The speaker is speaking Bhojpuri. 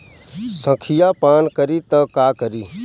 संखिया पान करी त का करी?